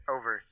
Over